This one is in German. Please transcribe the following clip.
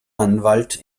anwalt